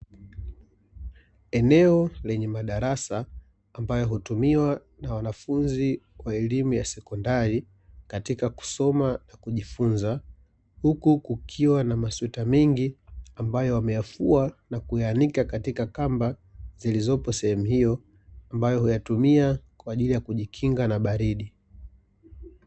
Eneo lenye madarasa ambayo hutumiwa na wanafunzi wa elimu ya sekondari, katika kusoma na kujifunza, huku kukiwa na masweta mengi ambayo wameyafua na kuyaanika katika kamba zilizopo sehemu hiyo, ambayo huyatumia kwa ajili ya kujikinga na baridi.